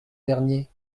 dernier